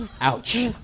Ouch